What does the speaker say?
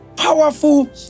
Powerful